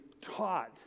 taught